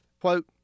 quote